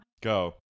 Go